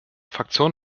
fraktion